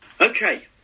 Okay